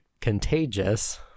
contagious